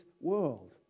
world